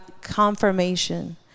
confirmation